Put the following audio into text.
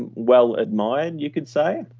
and well-admired, you could say.